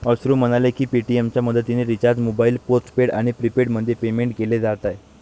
अश्रू म्हणाले की पेटीएमच्या मदतीने रिचार्ज मोबाईल पोस्टपेड आणि प्रीपेडमध्ये पेमेंट केले जात आहे